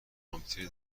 کامپیوتری